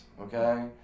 Okay